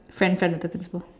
friend friend